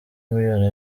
miliyoni